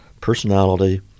personality